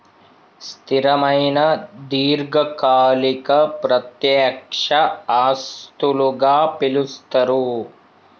స్థిరమైన దీర్ఘకాలిక ప్రత్యక్ష ఆస్తులుగా పిలుస్తరు